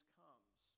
comes